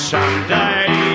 Someday